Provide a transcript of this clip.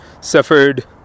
suffered